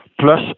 plus